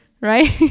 right